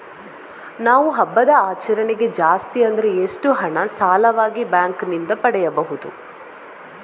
ನಾವು ಹಬ್ಬದ ಆಚರಣೆಗೆ ಜಾಸ್ತಿ ಅಂದ್ರೆ ಎಷ್ಟು ಹಣ ಸಾಲವಾಗಿ ಬ್ಯಾಂಕ್ ನಿಂದ ಪಡೆಯಬಹುದು?